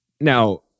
Now